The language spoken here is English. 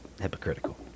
hypocritical